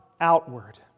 outward